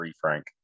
Frank